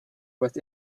was